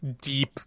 deep